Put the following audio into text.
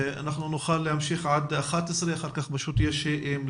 אנחנו נוכל להמשיך עד 11:00 אחר כך יש מליאה.